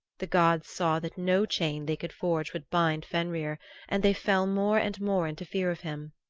the gods saw that no chain they could forge would bind fenrir and they fell more and more into fear of him.